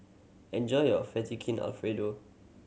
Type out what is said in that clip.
enjoy your Alfredo